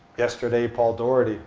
yesterday, paul daugherty